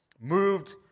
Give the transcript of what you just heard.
moved